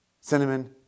cinnamon